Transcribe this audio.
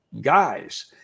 guys